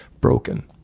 broken